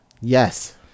yes